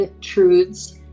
truths